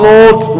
Lord